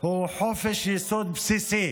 הוא חופש יסוד בסיסי